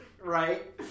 Right